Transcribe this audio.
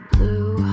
Blue